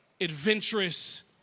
adventurous